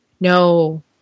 no